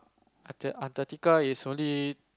atar~ Antarctica is only